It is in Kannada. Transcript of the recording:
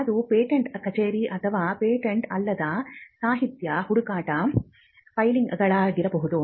ಅದು ಪೇಟೆಂಟ್ ಕಚೇರಿ ಅಥವಾ ಪೇಟೆಂಟ್ ಅಲ್ಲದ ಸಾಹಿತ್ಯ ಹುಡುಕಾಟದ ಫೈಲ್ಗಳಾಗಿರಬಹುದು